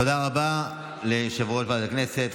תודה רבה ליושב-ראש ועדת הכנסת.